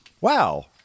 Wow